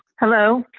hello.